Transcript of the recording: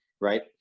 Right